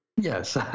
Yes